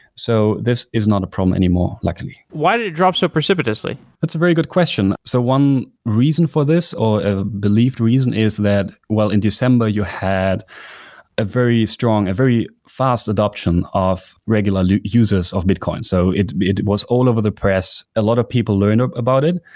so this is not a problem anymore, luckily. why did it drop so precipitously? that's a very good question. so one reason for this or a believed reason is that while in december you had a very strong, a very fast adoption of regular users of bitcoin. so it it was all over the press. a lot of people learn about it,